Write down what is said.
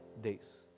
days